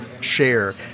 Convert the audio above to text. share